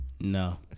No